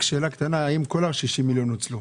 רק שאלה קטנה, האם כל ה-60 מיליון נוצלו?